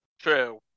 True